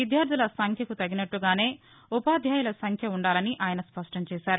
విద్యార్దుల సంఖ్యకు తగినట్టగానే ఉపాధ్యాయల సంఖ్య ఉ ండాలని ఆయన స్పష్టం చేశారు